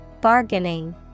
Bargaining